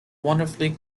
wonderfully